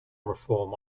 reform